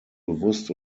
bewusst